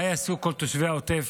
מה יעשו כל תושבי העוטף